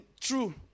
true